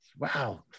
Wow